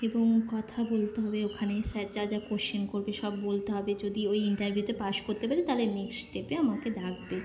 এবং কথা বলতে হবে ওখানে স্যার যা যা কোয়েশ্চেন করবে সব বলতে হবে যদি ওই ইন্টারভিউতে পাশ করতে পারি তাহলে নেক্সট স্টেপে আমাকে ডাকবে